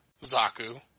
Zaku